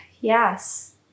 Yes